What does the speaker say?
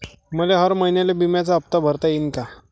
मले हर महिन्याले बिम्याचा हप्ता भरता येईन का?